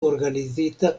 organizita